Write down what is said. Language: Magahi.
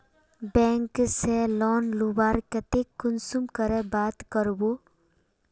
बैंक से लोन लुबार केते कुंसम करे बात करबो?